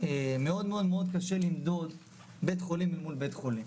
מאוד מאוד קשה למדוד בית חולים אל מול בית חולים,